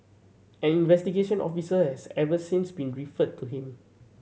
an investigation officer has since been referred to him